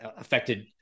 affected